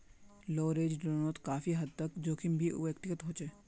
leveraged लोनोत काफी हद तक जोखिम भी व्यक्तिगत होचे